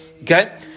okay